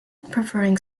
preferring